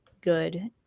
good